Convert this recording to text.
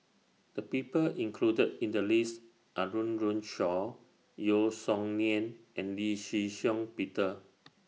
The People included in The list Are Run Run Shaw Yeo Song Nian and Lee Shih Shiong Peter